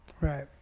Right